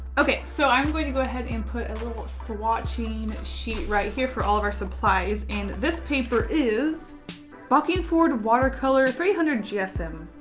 okay. so i'm going to go ahead and put a and little swatching sheet right here for all of our supplies and this paper is bockingford watercolor three hundred yeah so um